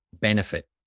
benefit